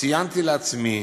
ציינתי לעצמי